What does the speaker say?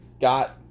got